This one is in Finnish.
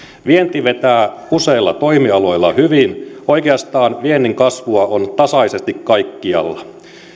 vienti vetää useilla toimialoilla hyvin oikeastaan viennin kasvua on tasaisesti kaikkialla